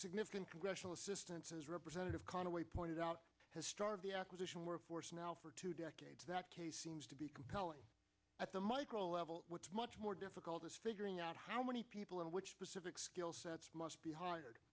significant congressional assistance as representative conaway pointed out has started the acquisition workforce now for two decades that case seems to be compelling at the micro level what's much more difficult is figuring out how many people in which specific skill sets must be hired